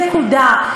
נקודה.